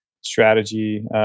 strategy